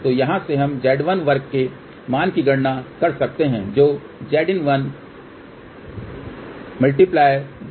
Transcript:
तो यहाँ से हम Z1 वर्ग के मान की गणना कर सकते हैं जो Zin1×ZL है